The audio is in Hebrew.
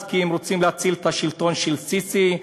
כי הם רוצים להציל את השלטון של סיסי,